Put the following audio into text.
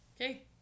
Okay